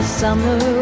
summer